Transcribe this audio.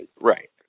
Right